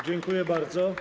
Dziękuję bardzo.